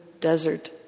Desert